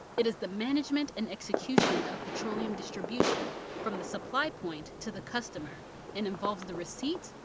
it is the management and execution of petroleum distribution from the supply point to the customer and involves the receipt,